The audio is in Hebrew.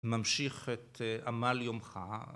‫ממשיך את עמל יומך.